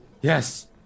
yes